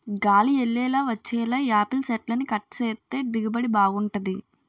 గాలి యెల్లేలా వచ్చేలా యాపిల్ సెట్లని కట్ సేత్తే దిగుబడి బాగుంటది